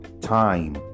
Time